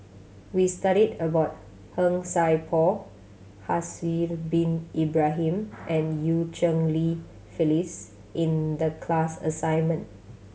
we studied about Han Sai Por Haslir Bin Ibrahim and Eu Cheng Li Phyllis in the class assignment